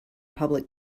public